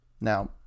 Now